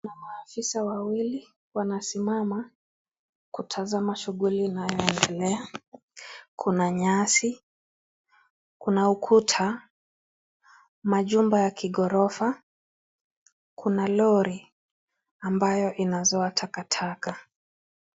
Kuna maafisa wawili wanasimama kutazama shughuli inayoendelea, Kuna nyasi, Kuna ukuta, majumba ya kighorofa ,kuna Lori ambayo inazoa takataka.